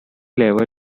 level